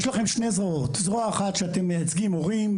יש לכם שני זרועות: זרוע אחת שאתם מייצגים הורים,